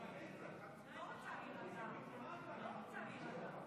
תוצאות ההצבעה: